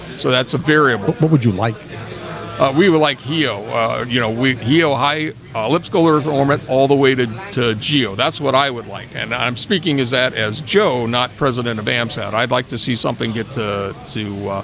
so that's a variable but but what you like we were like he'll you know we yell high lips colors or matt all the way to to g oh, that's what i would like and i'm speaking as that as joe not president of amsat. i'd like to see something get to to